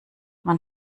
man